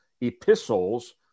epistles